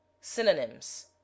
Synonyms